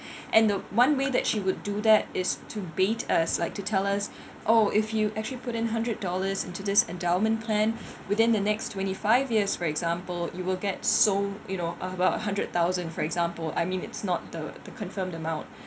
and the one way that she would do that is to bait us like to tell us oh if you actually put in hundred dollars into this endowment plan within the next twenty five years for example you will get so you know uh about hundred thousand for example I mean it's not the the confirmed amount